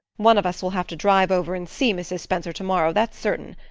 one of us will have to drive over and see mrs. spencer tomorrow, that's certain.